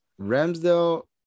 Ramsdale